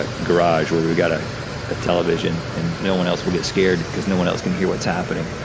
ah garage where we've got a ah television, and no one else will get scared because no one else can hear what's happening.